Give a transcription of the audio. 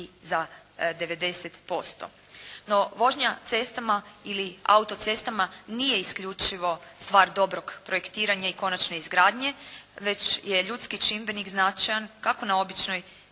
za 90%. No, vožnja cestama ili autocestama nije isključivo stvar dobrog projektiranja i konačne izgradnje već je ljudski čimbenik značajan kako na običnoj